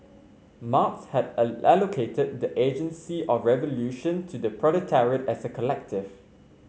Marx had allocated the agency of revolution to the proletariat as a collective